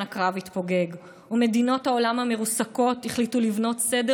הקרב התפוגג ומדינות העולם המרוסקות החליטו לבנות סדר